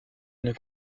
une